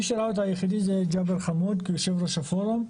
היחידי שראה אותה זה ג'אבר חמוד כיושב-ראש הפורום,